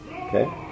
Okay